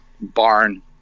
barn